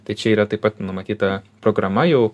tai čia yra taip pat numatyta programa jau